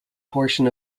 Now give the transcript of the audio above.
portion